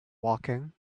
walking